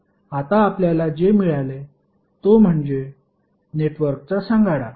आता आपल्याला जे मिळाले तो म्हणजे नेटवर्कचा सांगाडा